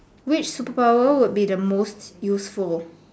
which super power would be the most useful